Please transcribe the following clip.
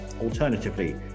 Alternatively